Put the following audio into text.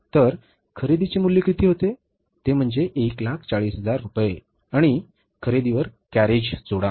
तर एकूण खरेदीचे मूल्य किती होते ते म्हणजे 140000 रुपये आणि खरेदीवर कॅरेज जोडा